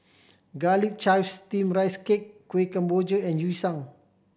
Garlic Chives Steamed Rice Cake Kueh Kemboja and Yu Sheng